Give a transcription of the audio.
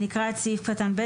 אני אקרא את סעיף קטן (ב).